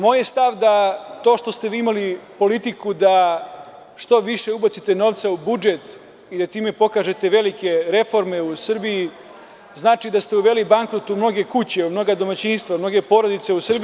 Moj stav je da to što ste vi imali politiku da što više ubacite novca u budžet i da time pokažete velike reforme u Srbiji, znači da ste uveli bankrot u mnoge kuće, u mnoga domaćinstva, u mnoge porodice u Srbiji…